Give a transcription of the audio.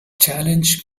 challenge